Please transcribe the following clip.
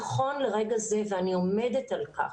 נכון לרגע זה, ואני עומדת על כך,